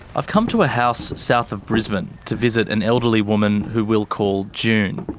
i've come to a house south of brisbane to visit an elderly woman who we'll call june.